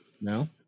No